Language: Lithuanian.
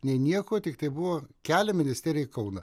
nei nieko tiktai buvo kelia ministeriją į kauną